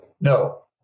no